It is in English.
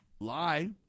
Lie